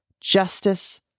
justice